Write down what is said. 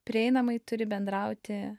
prieinamai turi bendrauti